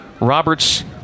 Roberts